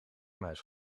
muis